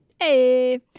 Hey